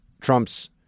Trump's